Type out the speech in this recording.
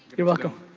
you're welcome.